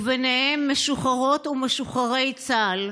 וביניהם משוחררות ומשוחררי צה"ל,